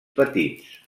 petits